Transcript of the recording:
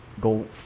go